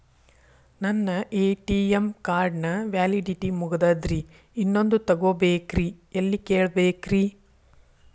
ನನ್ನ ATM card ನ validity ಮುಗದದ್ರಿ ಇನ್ನೊಂದು ತೊಗೊಬೇಕ್ರಿ ಎಲ್ಲಿ ಕೇಳಬೇಕ್ರಿ?